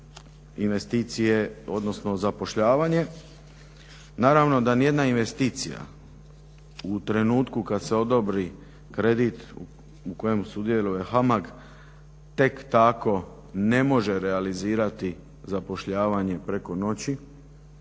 investicije odnosno zapošljavanje, naravno da nijedna investicija u trenutku kada se odobri kredit u kojem sudjeluje HAMAG tek tako ne može realizirati zapošljavanjem preko noći.